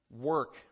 work